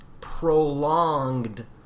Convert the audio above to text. prolonged